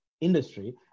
industry